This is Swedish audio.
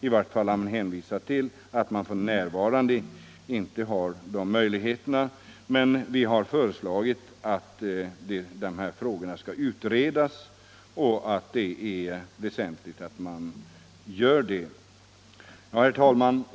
I varje fall har utskottet hänvisat till att man f. n. inte har de ekonomiska möjligheterna. Från vpk:s sida har vi föreslagit att dessa frågor skall utredas, och jag tycker att det är väsentligt att en sådan utredning kommer till stånd. Herr talman!